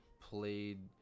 played